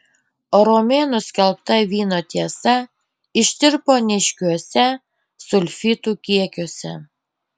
o romėnų skelbta vyno tiesa ištirpo neaiškiuose sulfitų kiekiuose